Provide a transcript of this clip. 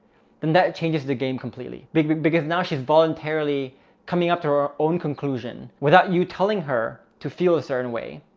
then that changes the game completely like because now she's voluntarily coming up to her own conclusion without you telling her to feel a certain way.